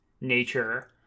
nature